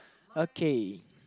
okay